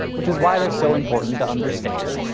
which is why they're so important to understand.